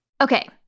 Okay